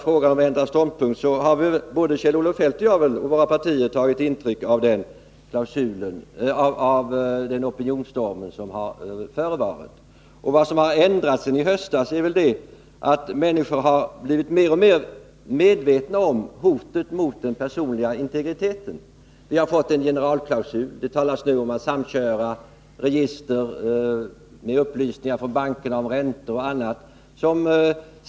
I fråga om att ändra ståndpunkt har väl både Kjell-Olof Feldt och jag och våra partier tagit intryck av den opinionsstorm som har förevarit. Vad som har ändrats sedan i höstas är att människor blivit alltmer medvetna om hotet mot den personliga integriteten. Vi har fått en generalklausul. Nu talas det om att samköra register med upplysningar från bankerna om räntor och annat.